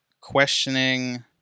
questioning